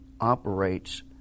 operates